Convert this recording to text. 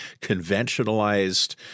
conventionalized